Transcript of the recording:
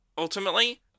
Ultimately